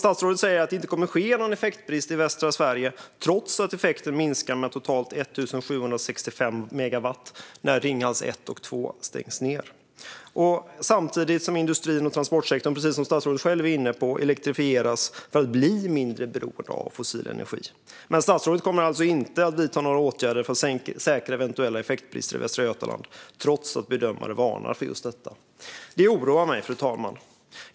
Statsrådet säger att det inte kommer att bli någon effektbrist i Sverige trots att effekten minskar med totalt 1 765 megawatt när Ringhals 1 och 2 stängs ned. Samtidigt, vilket statsrådet var inne på, elektrifieras industrin och transportsektorn för att bli mindre beroende av fossil energi. Statsrådet kommer alltså inte att vidta några åtgärder för att säkra eventuella effektbrister i Västra Götaland trots att bedömare varnar för just detta. Det oroar mig, fru talman.